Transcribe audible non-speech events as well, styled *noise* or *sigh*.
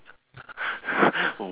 *breath*